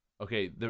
Okay